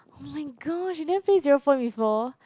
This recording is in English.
oh my gosh you never play zero point before